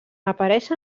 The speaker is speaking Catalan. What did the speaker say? apareix